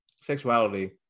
sexuality